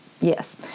yes